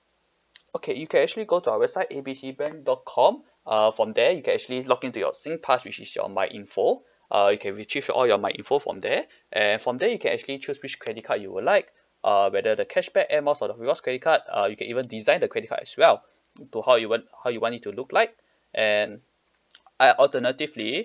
okay you can actually go to our website A B C bank dot com uh from there you can actually log into your Singpass which is your my info uh you can retrieve all your my info from there and from there you can actually choose which credit card you will like err whether the cashback Air Miles or the rewards credit card uh you can even design the credit card as well to how you want how you want it to look like and uh alternatively